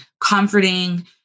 comforting